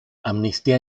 amnistía